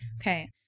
Okay